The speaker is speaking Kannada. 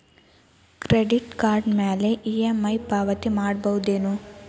ಕ್ರೆಡಿಟ್ ಕಾರ್ಡ್ ಮ್ಯಾಲೆ ಇ.ಎಂ.ಐ ಪಾವತಿ ಮಾಡ್ಬಹುದೇನು?